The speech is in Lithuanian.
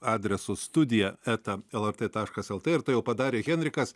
adresu studija eta lrt taškas lt ir tai jau padarė henrikas